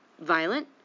violent